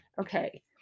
Okay